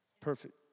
Perfect